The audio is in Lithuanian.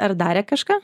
ar darė kažką